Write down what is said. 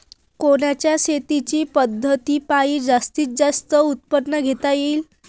कोनच्या शेतीच्या पद्धतीपायी जास्तीत जास्त उत्पादन घेता येईल?